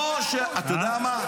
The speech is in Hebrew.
--- אתה יודע מה,